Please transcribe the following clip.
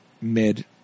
mid